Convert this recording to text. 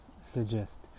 suggest